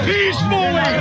Peacefully